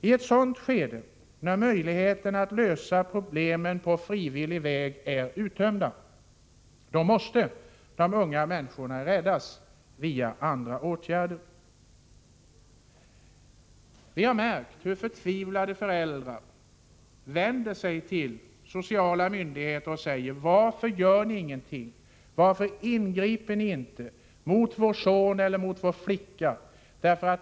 I ett läge när möjligheten att lösa problemen på frivillig väg är uttömda måste den unga människan räddas med andra åtgärder. Förtvivlade föräldrar vänder sig till de sociala myndigheterna och säger: Varför gör ni ingenting? Varför ingriper ni inte mot vår son eller dotter?